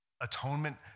Atonement